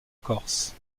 corse